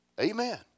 Amen